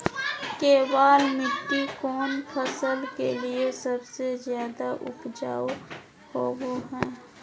केबाल मिट्टी कौन फसल के लिए सबसे ज्यादा उपजाऊ होबो हय?